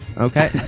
Okay